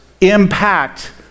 impact